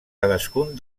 cadascun